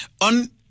On